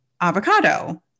avocado